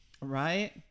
Right